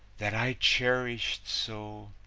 that i cherished so,